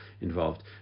involved